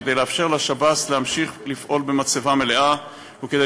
כדי לאפשר לשב"ס להמשיך לפעול במצבה מלאה וכדי